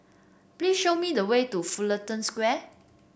please show me the way to Fullerton Square